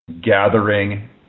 gathering